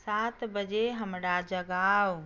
सात बजे हमरा जगाउ